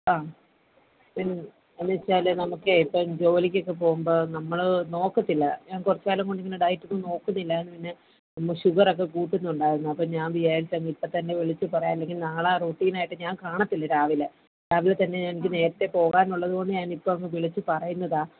ആ എൻ എന്ന് വെച്ചാൽ നമുക്ക് ഇപ്പോൾ ജോലിക്കൊക്കെ പോകുമ്പോൾ നമ്മൾ നോക്കത്തില്ല കുറച്ച് കാലം കൊണ്ടിങ്ങനെ ഡയറ്റൊക്കെ നോക്കുന്നില്ലായിരുന്നു പിന്നെ ചുമ്മാ ഷുഗറൊക്ക കൂടുന്നുണ്ടായിരുന്നു അപ്പോൾ ഞാൻ വിചാരിച്ച് ഇപ്പം തന്നെ വിളിച്ച് പറയാം അല്ലെങ്കിൽ നാളെ റൊട്ടീൻ ആയിട്ട് ഞാൻ കാണത്തില്ല രാവിലെ രാവിലെത്തന്നെ ഞാൻ എനിക്ക് ഈ നേരത്തേ പോകാനുള്ളത് കൊണ്ട് ഞാൻ ഇപ്പോൾ തന്നെ വിളിച്ച് പറയുന്നതാണ്